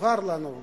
הובהר לנו,